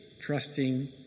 trusting